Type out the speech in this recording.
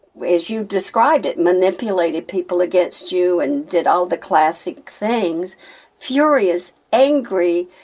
as you described it, manipulated people against you and did all the classic things furious, angry,